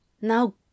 Now